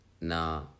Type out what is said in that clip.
Nah